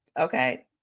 okay